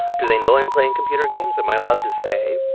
do they know i'm playing computer games? am i allowed to say?